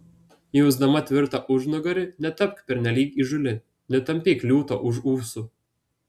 jausdama tvirtą užnugarį netapk pernelyg įžūli netampyk liūto už ūsų